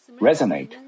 resonate